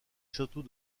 château